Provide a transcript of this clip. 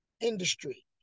industry